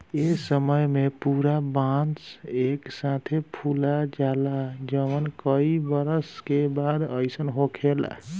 ए समय में पूरा बांस एक साथे फुला जाला जवन कई बरस के बाद अईसन होखेला